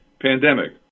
pandemic